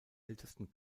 ältesten